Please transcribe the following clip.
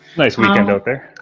nice weekend out there.